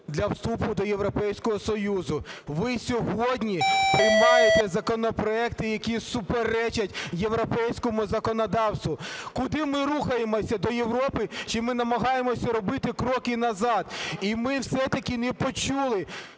для вступу до Європейського Союзу. Ви сьогодні приймаєте законопроекти, які суперечать європейському законодавству. Куди ми рухаємося – до Європи, чи ми намагаємося робити кроки назад? І ми все-таки не почули,